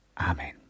Amen